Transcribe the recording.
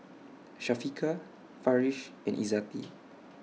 Syafiqah Farish and Izzati